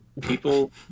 people